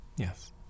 Yes